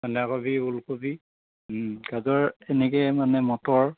বন্ধাকবি ওলকবি গাজৰ এনেকৈ মানে মটৰ